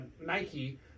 Nike